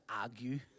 argue